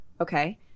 okay